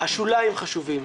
השוליים חשובים.